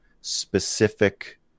specific